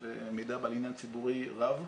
שזה מידע בעל עניין ציבורי רב.